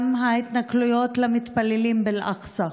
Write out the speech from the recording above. גם ההתנכלויות למתפללים באל-אקצא,